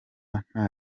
nta